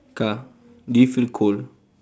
ka do you feel cold